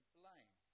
blame